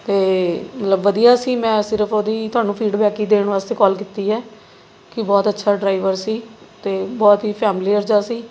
ਅਤੇ ਮਤਲਬ ਵਧੀਆ ਸੀ ਮੈਂ ਸਿਰਫ਼ ਉਹਦੀ ਤੁਹਾਨੂੰ ਫ਼ੀਡਬੈਕ ਹੀ ਦੇਣ ਵਾਸਤੇ ਕੋਲ ਕੀਤੀ ਹੈ ਕਿ ਬਹੁਤ ਅੱਛਾ ਡਰਾਈਵਰ ਸੀ ਅਤੇ ਬਹੁਤ ਹੀ ਫੈਮਿਲੀਅਰ ਜਿਹਾ ਸੀ